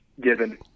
given